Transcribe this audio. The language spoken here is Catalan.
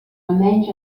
almenys